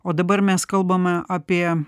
o dabar mes kalbame apie